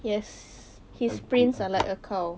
yes his prints are like a cow